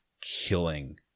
killing